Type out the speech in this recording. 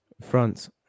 France